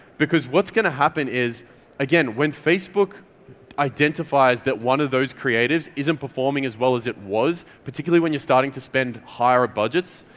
because what's going to happen is again, when facebook identifies that one those creatives isn't performing as well as it was particularly when you're starting to spend higher budgets,